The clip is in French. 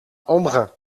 embrun